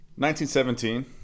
1917